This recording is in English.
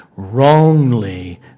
wrongly